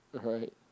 Right